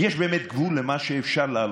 יש באמת גבול למה שאפשר להעלות,